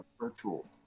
virtual